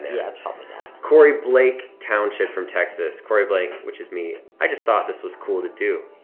yeah, it's probably nat. corey blake townshen from texas cory blake, which is me, i just thought this was cool to do.